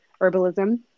herbalism